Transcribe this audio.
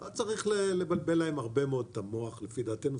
לא צריך לבלבל להן הרבה מאוד את המוח לפי דעתנו,